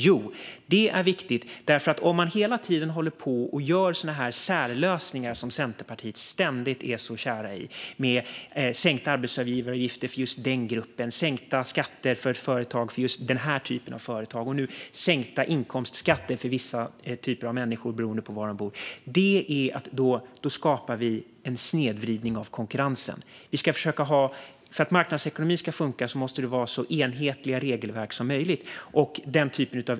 Jo, det är viktigt därför att man orsakar en snedvridning av konkurrensen om man hela tiden håller på och gör sådana här särlösningar, som Centerpartiet ständigt är så kära i, med sänkta arbetsgivaravgifter för just den gruppen, sänkta skatter för just den här typen av företag och nu sänkta inkomstskatter för vissa typer av människor beroende på var de bor. För att marknadsekonomi ska funka måste det vara så enhetliga regelverk som möjligt.